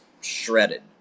shredded